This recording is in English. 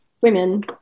women